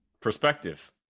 Perspective